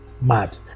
Mad